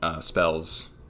spells